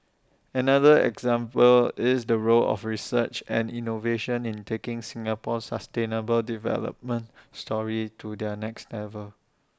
another example is the role of research and innovation in taking Singapore's sustainable development story to their next level